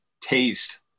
taste